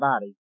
body